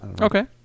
okay